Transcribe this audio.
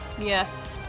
Yes